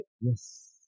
Yes